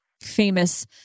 famous